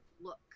Look